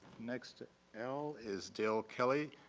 next to al is dale kelly,